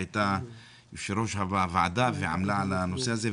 שהייתה יושבת-ראש הוועדה ועמלה על הנושא הזה,